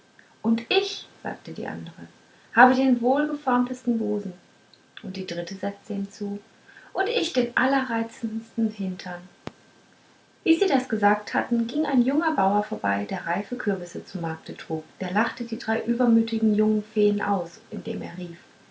und ich sagte die andere habe den wohlgeformtesten busen und die dritte setzte hinzu und ich den allerreizendsten hintern wie sie das gesagt hatten ging ein junger bauer vorbei der reife kürbisse zu markte trug der lachte die drei übermütigen jungen feen aus indem er rief